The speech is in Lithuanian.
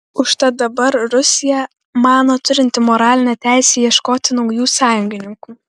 užtat dabar rusija mano turinti moralinę teisę ieškoti naujų sąjungininkų